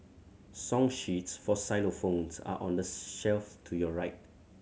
song sheets for xylophones are on the shelf to your right